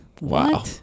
wow